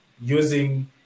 using